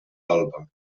alba